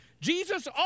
Jesus